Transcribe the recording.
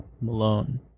Malone